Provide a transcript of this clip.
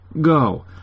Go